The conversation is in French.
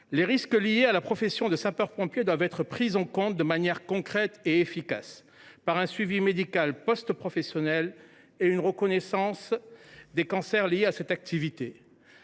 Les risques liés à la profession de sapeur pompier doivent être pris en compte de manière concrète et efficace, au travers d’un suivi médical post professionnel et d’une reconnaissance des cancers imputables